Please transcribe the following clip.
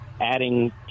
adding